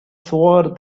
swore